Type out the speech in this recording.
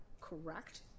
correct